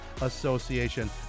Association